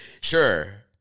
Sure